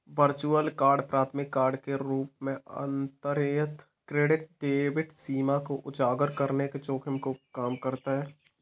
virtual card प्राथमिक card के रूप में अंतर्निहित क्रेडिट डेबिट सीमा को उजागर करने के जोखिम को कम करता है